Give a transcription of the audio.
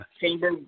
chamber